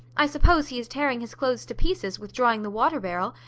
i suppose he is tearing his clothes to pieces with drawing the water-barrel,